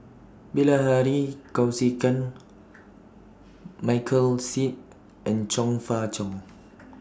Bilahari Kausikan Michael Seet and Chong Fah Cheong